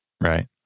Right